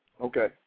Okay